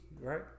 Right